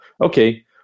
okay